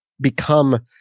become-